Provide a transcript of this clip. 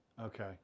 Okay